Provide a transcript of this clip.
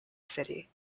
city